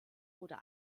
oder